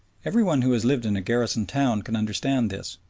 every one who has lived in a garrison town can understand this.